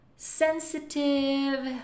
sensitive